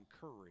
courage